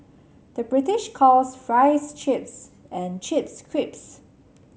the British calls fries chips and chips crisps